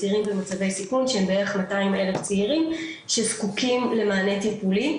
צעירים במצבי סיכון שהם בערך 200 אלף צעירים שזקוקים למענה טיפולי.